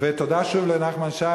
תודה שוב לנחמן שי.